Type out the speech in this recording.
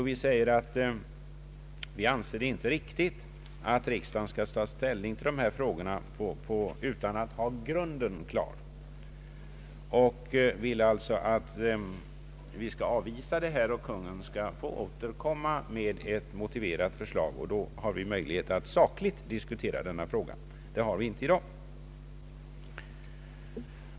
Vi anser det inte vara riktigt att riksdagen skall ta ställning till dessa frågor innan principerna för planeringen har slagits fast. Vi hemställer därför att Kungl. Maj:t skall återkomma till riksdagen med motiverat förslag till ramar för lokalplaneringen. Först då har vi möjlighet att sakligt diskutera denna fråga — det har vi inte i dag.